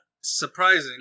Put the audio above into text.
Surprising